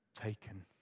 taken